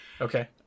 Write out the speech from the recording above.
Okay